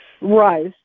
Right